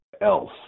else